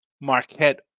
Marquette